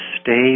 stay